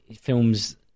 films